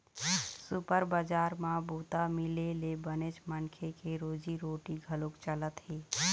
super बजार म बूता मिले ले बनेच मनखे के रोजी रोटी घलोक चलत हे